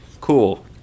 Cool